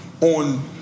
on